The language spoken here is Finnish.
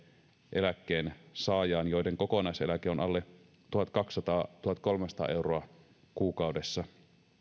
eläkkeensaajaan joiden kokonaiseläke on alle tuhatkaksisataa viiva tuhatkolmesataa euroa kuukaudessa